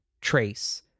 trace